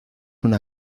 una